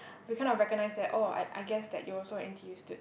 we kind of recognise that oh I I guess that you're also a N_T_U stu~